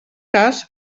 cas